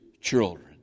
children